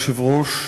אדוני היושב-ראש,